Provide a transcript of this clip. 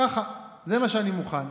ככה, זה מה שאני מוכן.